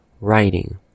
writing